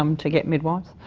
um to get midwives.